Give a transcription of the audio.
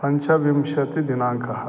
पञ्चविंशतिदिनाङ्कः